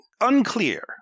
Unclear